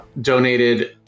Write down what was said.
donated